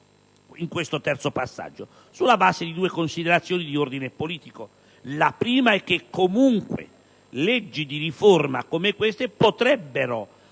in questo terzo passaggio, sulla base di due considerazioni di ordine politico. La prima è che, comunque, leggi di riforma come questa potrebbero,